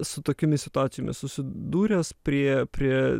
su tokiomis situacijomis susidūręs prie prie